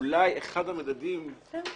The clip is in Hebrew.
אולי אחד המדדים -- כן, בדיוק.